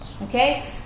Okay